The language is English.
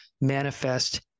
manifest